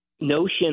notion